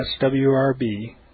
swrb